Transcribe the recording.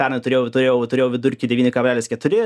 pernai turėjau turėjau turėjau vidurkį devyni kablelis keturi